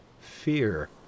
Fear